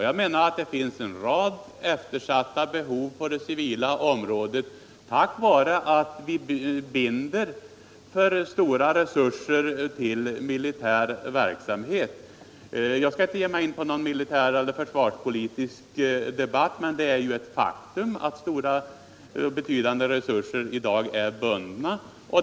Jag menar att det finns en rad eftersatta behov på det civila området på grund av att vi binder för stora resurser till militär verksamhet. Jag skall inte ge mig in på någon försvarspolitisk debatt, men det är ju ett faktum att betydande resurser i dag är bundna.